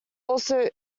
also